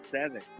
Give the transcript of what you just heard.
seven